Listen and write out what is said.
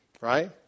Right